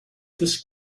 this